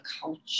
culture